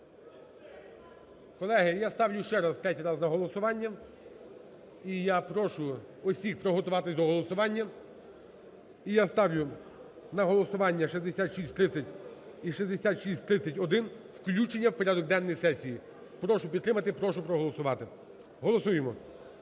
Колеги, я ставлю ще раз, третій раз на голосування. І я прошу усіх приготуватися до голосування. І я ставлю на голосування 6630 і 6631 – включення в порядок денний сесії. Прошу підтримати, прошу проголосувати. Голосуємо.